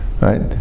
right